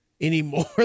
anymore